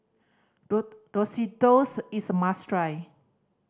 risottoes is a must try